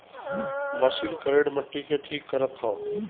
machine करेड़ मट्टी के ठीक करत हौ